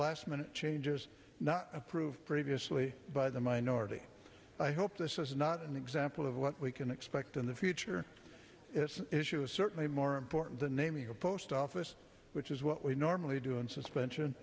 last minute changes not approved previously by the minority i hope this is not an example of what we can expect in the future it's issues certainly more important than naming a post office which is what we normally do in suspension